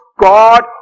God